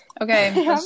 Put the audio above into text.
okay